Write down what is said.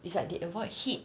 it's like they avoid heat